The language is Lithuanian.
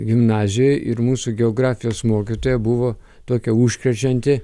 gimnazijoj ir mūsų geografijos mokytoja buvo tokia užkrečianti